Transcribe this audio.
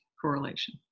correlation